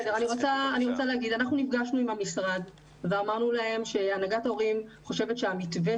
להגיד שאנחנו נפגשנו עם המשרד ואמרנו להם שהנהגת ההורים חושבת שהמתווה